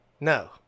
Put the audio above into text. No